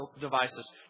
devices